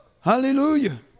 Hallelujah